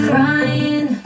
Crying